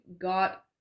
got